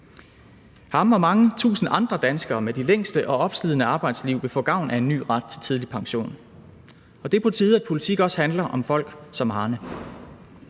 Ham og mange tusind andre danskere med de længste og opslidende arbejdsliv vil få gavn af en ny ret til tidlig pension. Det er på tide, at politik også handler om folk som Arne.